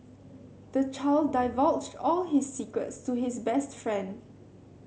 the child divulged all his secrets to his best friend